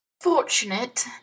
Fortunate